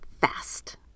fast